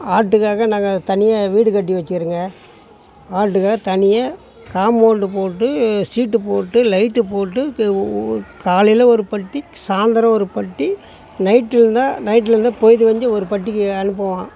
ஆட்டுக்காக நாங்கள் தனியாக வீடு கட்டி வெச்சுருக்கேன் ஆட்டுக்காக தனியாக காம்பௌண்டு போட்டு சீட்டு போட்டு லைட்டு போட்டு க உ காலையில் ஒரு பட்டி சாயந்தரம் ஒரு பட்டி நைட்டு இருந்தால் நைட்டில் இருந்தால் போய்ட்டு வந்து ஒரு பட்டிக்கு அனுப்புவோம்